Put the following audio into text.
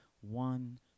One